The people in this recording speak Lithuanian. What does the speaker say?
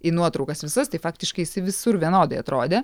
į nuotraukas visas tai faktiškai jisai visur vienodai atrodė